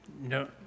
No